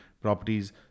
properties